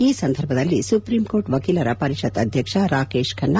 ಈ ಸಂದರ್ಭದಲ್ಲಿ supreme court ವಕೀಲರ ಪರಿಷತ್ ಅಧ್ಯಕ್ಷ ರಾಕೇಶ್ ಖನ್ನ